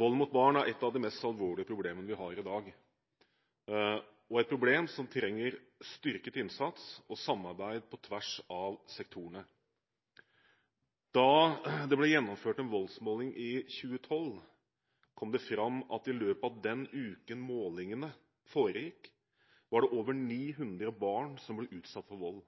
Vold mot barn er et av de alvorligste problemene vi har i dag, og et problem som trenger styrket innsats og samarbeid på tvers av sektorene. Da det ble gjennomført en voldsmåling i 2012, kom det fram at i løpet av den uken målingene foregikk, var det over 900 barn som ble utsatt for vold.